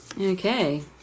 Okay